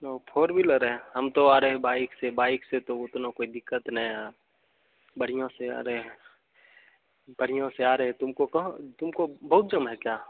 ओ four wheeler है हम तो आ रहे बाइक से बाइक से तो उतना कोई दिक्कत नहीं आया बढ़िया से आ रहे हैं बढ़िया से आ रहे तुमको कहाँ तुमको बहुत जाम है क्या